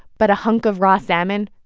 but a hunk of raw salmon?